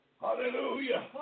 Hallelujah